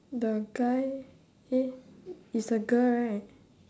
the guy eh it's a girl right